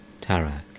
Tarak